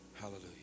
Hallelujah